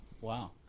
Wow